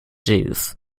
jews